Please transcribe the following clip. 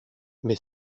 mais